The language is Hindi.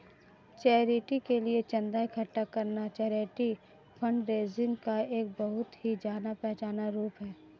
चैरिटी के लिए चंदा इकट्ठा करना चैरिटी फंडरेजिंग का एक बहुत ही जाना पहचाना रूप है